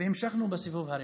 והמשכנו בסיבוב הרביעי.